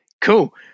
Cool